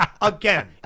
again